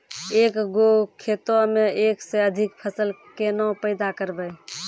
एक गो खेतो मे एक से अधिक फसल केना पैदा करबै?